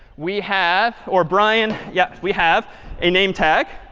we have or brian yeah, we have a name tag,